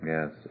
Yes